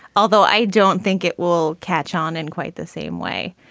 although i don't think it will catch on in quite the same way.